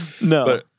no